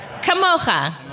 kamocha